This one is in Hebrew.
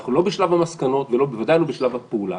אנחנו לא בשלב המסקנות ובוודאי לא בשלב הפעולה.